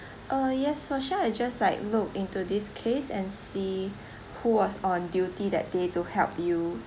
uh yes for sure I just like look into this case and see who was on duty that day to help you